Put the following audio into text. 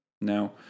Now